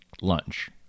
lunch